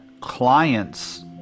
clients